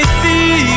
see